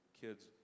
Kids